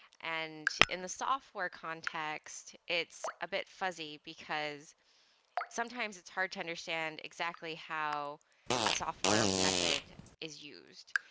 and in the software context, it's a bit fuzzy because sometimes it's hard to understand exactly how a software method is used.